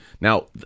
Now